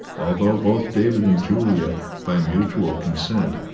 although both david and juliet, by mutual consent,